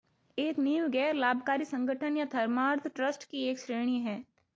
एक नींव गैर लाभकारी संगठन या धर्मार्थ ट्रस्ट की एक श्रेणी हैं